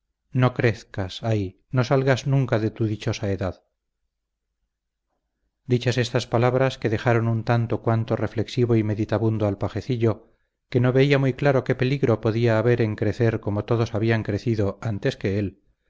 no crezcas ay no salgas nunca de tu dichosa edad dichas estas palabras que dejaron un tanto cuanto reflexivo y meditabundo al pajecillo que no veía muy claro qué peligro podría haber en crecer como todos habían crecido antes que él